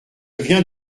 viens